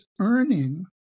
earning